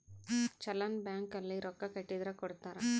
challan bank ಅಲ್ಲಿ ರೊಕ್ಕ ಕಟ್ಟಿದರ ಕೋಡ್ತಾರ